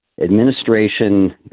administration